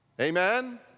Amen